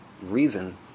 reason